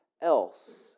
else